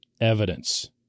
evidence